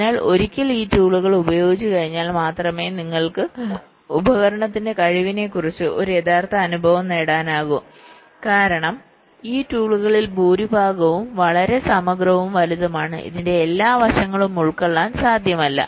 അതിനാൽ ഒരിക്കൽ ഞങ്ങൾ ഈ ടൂളുകൾ ഉപയോഗിച്ചുകഴിഞ്ഞാൽ മാത്രമേ നിങ്ങൾക്ക് ഉപകരണത്തിന്റെ കഴിവിനെക്കുറിച്ച് ഒരു യഥാർത്ഥ അനുഭവം നേടാനാകൂ കാരണം ഈ ടൂളുകളിൽ ഭൂരിഭാഗവും വളരെ സമഗ്രവും വലുതുമാണ് ഇതിന്റെ എല്ലാ വശങ്ങളും ഉൾക്കൊള്ളാൻ സാധ്യമല്ല